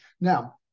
Now